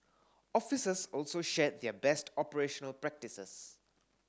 officers also shared their best operational practices